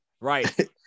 Right